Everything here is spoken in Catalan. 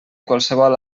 qualsevol